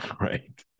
right